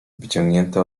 wyciągnięta